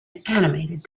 animated